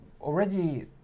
already